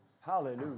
Hallelujah